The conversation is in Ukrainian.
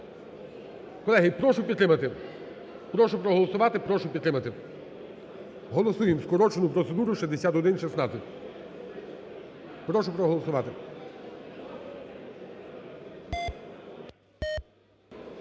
Колеги, прошу підтримати. Прошу проголосувати, прошу підтримати. Голосуємо скорочену процедуру 6116. Прошу проголосувати.